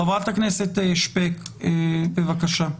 חברת הכנסת שפק, בבקשה.